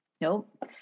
Nope